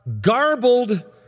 garbled